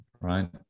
right